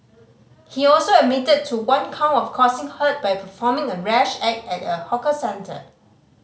he also admitted to one count of causing hurt by performing a rash act at a hawker centre